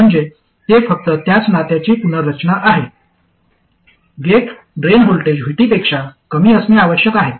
म्हणजे ते फक्त त्याच नात्याची पुनर्रचना आहे गेट ड्रेन व्होल्टेज VT पेक्षा कमी असणे आवश्यक आहे